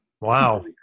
Wow